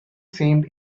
seemed